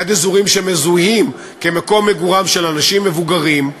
ליד אזורים שמזוהים כמקומות מגוריהם של אנשים מבוגרים,